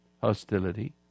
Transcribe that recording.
hostility